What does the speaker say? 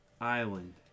island